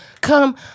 Come